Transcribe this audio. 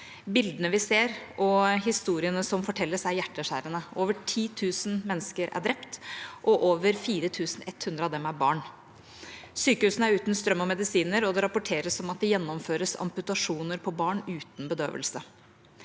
Bildene vi ser, og historiene som fortelles, er hjerteskjærende. Over 10 000 mennesker er drept, og over 4 100 av dem er barn. Sykehusene er uten strøm og medisiner, og det rapporteres om at det gjennomføres amputasjoner på barn uten bedøvelse.